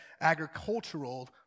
agricultural